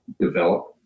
develop